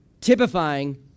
Typifying